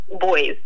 boys